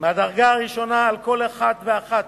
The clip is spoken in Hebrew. מהדרגה הראשונה על כל אחד ואחת